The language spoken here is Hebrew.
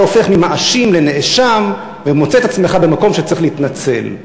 אתה הופך ממאשים לנאשם ומוצא את עצמך במקום שצריך להתנצל.